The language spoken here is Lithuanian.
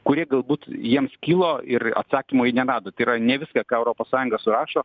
kurie galbūt jiems kilo ir atsakymo jie nerado tai yra ne viską ką europos sąjunga surašo